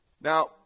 Now